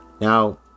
now